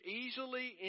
easily